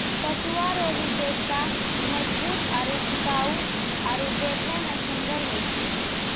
पटुआ रो विशेषता मजबूत आरू टिकाउ आरु देखै मे सुन्दर होय छै